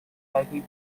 taking